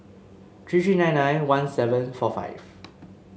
three three nine nine one seven four five